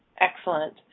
Excellent